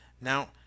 now